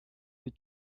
the